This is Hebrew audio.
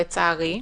לצערי.